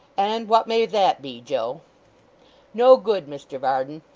and what may that be, joe no good, mr varden.